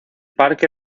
parque